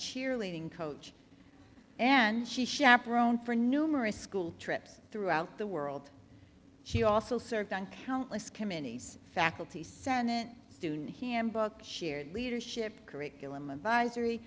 cheerleading coach and she chaperone for numerous school trips throughout the world she also served on countless committees faculty senate student handbook shared leadership curriculum advisory